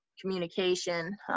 communication